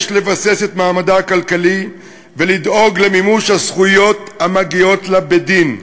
יש לבסס את מעמדה הכלכלי ולדאוג למימוש הזכויות המגיעות לה בדין.